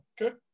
okay